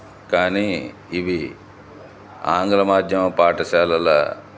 కానీ ఇవి ఆంగ్ల మాధ్యమ పాఠశాలల